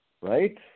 right